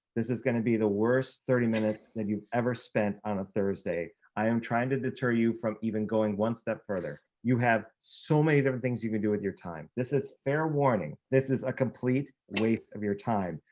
this is gonna be the worst thirty minutes that you've ever spent on a thursday. i am trying to deter you from even going one step further. you have so many different things you can do with your time. this is a fair warning. this is a complete waste of your time.